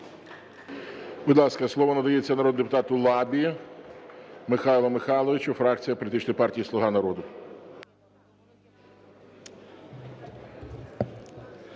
Будь ласка, слово надається народному депутату Лабі Михайлу Михайловичу, фракція політичної партії "Слуга народу".